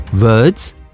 Words